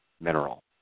mineral